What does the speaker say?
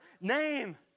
name